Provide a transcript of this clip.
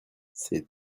ces